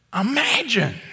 imagine